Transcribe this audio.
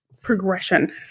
progression